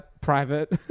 private